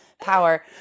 Power